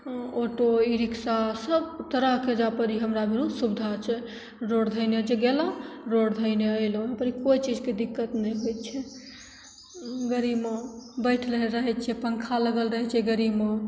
auto e rickshaw सब तरहके जाइ परी हमरा भिरु सुविधा छै रोड धएने गेलहुँ रोड धएने अएलहुँ वहाँपर कोइ चीजके दिक्कत नहि होइ छै गाड़ीमे बैठि रहै छिए पन्खा लगल रहै छै गाड़ीमे